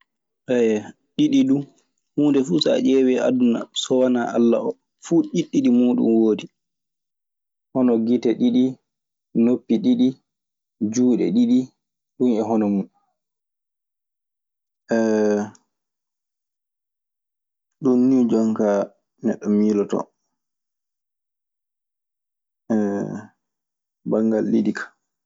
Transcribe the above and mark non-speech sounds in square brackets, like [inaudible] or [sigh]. [hesitation] ɗiɗi duu, huunde fuu so a ƴeewii aduna so wanaa Alla oo, fuu ɗiɗi muuɗun woodi. Hono gite ɗiɗi, noppi ɗiɗi, juuɗe ɗiɗi. Ɗun e hono mun. [hesitation] Ɗun nii jonkaa neɗɗo miilotoo banngal ɗiɗi kaa.